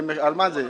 על מה זה?